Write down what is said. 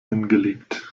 hingelegt